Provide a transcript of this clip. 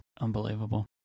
Unbelievable